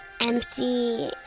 empty